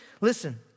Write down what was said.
listen